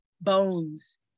bones